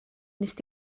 wnest